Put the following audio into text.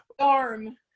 storm